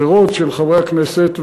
אחרות של חברי הכנסת,